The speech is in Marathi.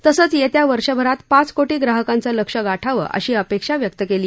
तसंच येत्या वर्षभरात पाच कोटी ग्राहकांचं लक्ष्य गाठावं अशी अपेक्षा व्यक्त केली